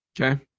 Okay